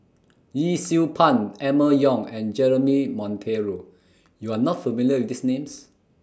Yee Siew Pun Emma Yong and Jeremy Monteiro YOU Are not familiar with These Names